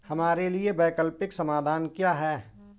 हमारे लिए वैकल्पिक समाधान क्या है?